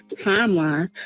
timeline